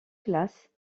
classe